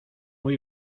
muy